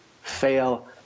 fail